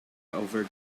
over